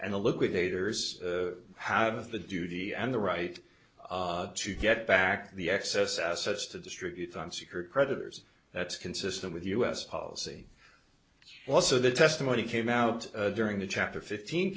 and the liquidators have the duty and the right to get back the excess assets to distribute on secured creditors that's consistent with us policy also the testimony came out during the chapter fifteen